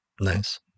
Nice